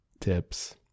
tips